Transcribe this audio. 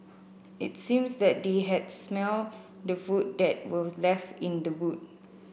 it seems that they had smelt the food that were left in the boot